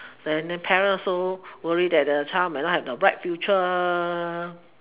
then the parent also worry that the child might not have the right future